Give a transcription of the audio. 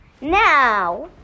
Now